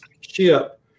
ship